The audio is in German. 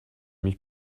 mich